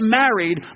married